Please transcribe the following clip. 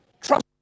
Trust